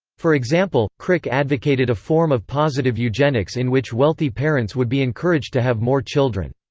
for example, crick advocated a form of positive eugenics in which wealthy parents would be encouraged to have more children.